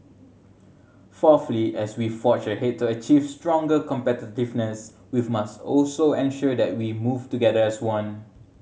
fourthly as we forge ahead to achieve stronger competitiveness we've must also ensure that we move together as one